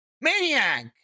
Maniac